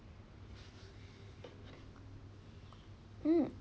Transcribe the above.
mm